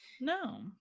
no